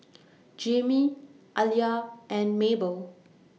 Jimmie Aliya and Mabel